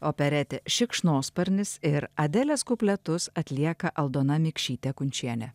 operetė šikšnosparnis ir adelės kupletus atlieka aldona mikšytė kunčienė